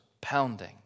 pounding